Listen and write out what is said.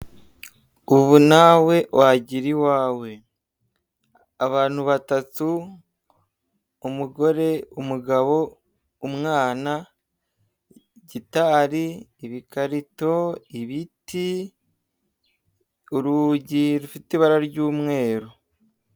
Ubu nawe wagira iwawe, abantu batatu umugore, umugabo, umwana, gitari, ibikarito, ibiti, urugi rufite ibara ry'umweru.